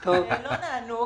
לא נענו.